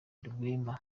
rwema